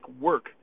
work